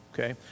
Okay